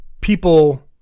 people